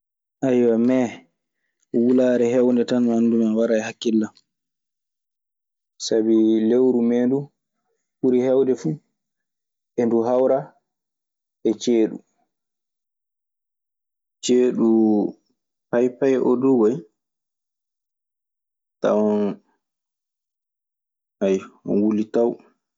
Ayyo, Mee wulaare heewnde tan nganndumi ana wara e hakkille an. Sabi lewru Mee ndu, ɓuri heewde fuu e ndu hawra e ceeɗu. Ceeɗu pay pay oo duu koy. Tawan mo wuli taw.